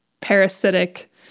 parasitic